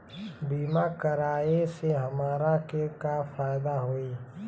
बीमा कराए से हमरा के का फायदा होई?